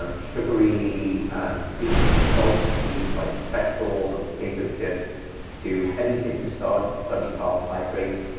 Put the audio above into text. um sugary um treats to salty treats like pretzels or potato chips to heavy-hitting starchy starchy carbohydrates,